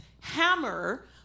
hammer